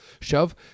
shove